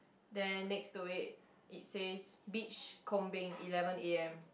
then next to it it says beach combing eleven A_M